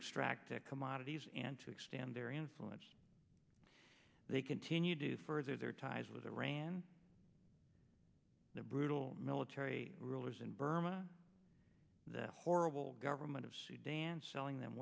extract the commodities and to expand their influence they continued to further their ties with iran the brutal military rulers in burma the horrible government of sudan selling them